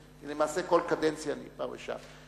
למעשה כל קדנציה אני פה ושם,